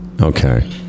okay